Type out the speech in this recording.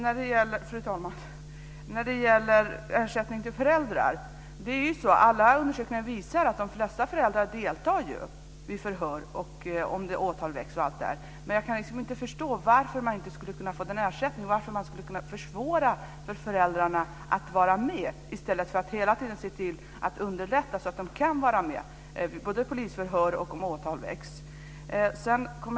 Fru talman! Först är det frågan om ersättning till föräldrar. Alla undersökningar visar att de flesta föräldrar deltar vid förhör och om åtal väcks. Jag kan inte förstå varför de inte skulle kunna få ersättning och varför det ska försvåras för föräldrarna att vara med, i stället för att se till att underlätta för dem så att de kan vara med vid polisförhör och om åtal väcks.